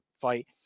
fight